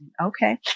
Okay